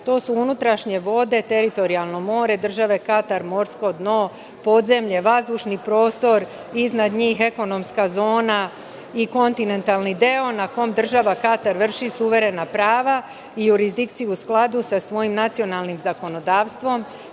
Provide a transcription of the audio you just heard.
to su unutrašnje vode, teritorijalno more, države Katar morsko dno, podzemlje, vazdušni prostor, iznad njih ekonomska zona i kontinentalni deo na kom država Katar vrši suverena prava i jurisdikciju u skladu sa svojim nacionalnim zakonodavstvom